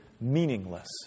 meaningless